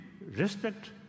respect